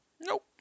Nope